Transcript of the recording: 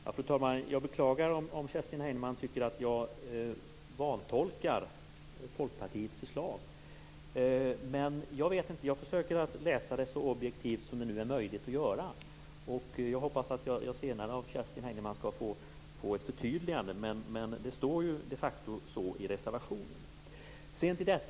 Fru talman! Jag beklagar om Kerstin Heinemann tycker att jag vantolkar Folkpartiets förslag. Jag försöker att läsa det så objektivt som det är möjligt att göra. Jag hoppas att jag senare av Kerstin Heinemann skall få ett förtydligande. Men det står de facto på detta sätt i reservationen.